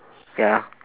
ya